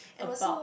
about